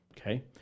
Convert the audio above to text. Okay